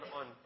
on